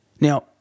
Now